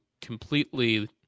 completely